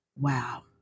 Wow